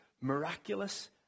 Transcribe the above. miraculous